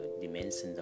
dimensions